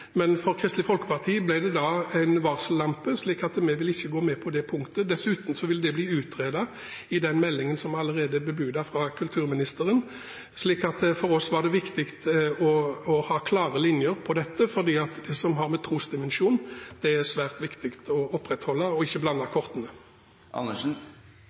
men for Kristelig Folkeparti ble det en varsellampe, så vi vil ikke gå med på det punktet. Dessuten vil det bli utredet i den meldingen som allerede er bebudet av kulturministeren. For oss var det viktig å ha klare linjer på dette, for det som har med trosdimensjonen å gjøre, er det svært viktig å opprettholde, og man må ikke blande